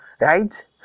right